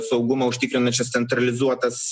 saugumą užtikrinančias centralizuotas